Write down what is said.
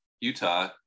Utah